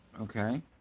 Okay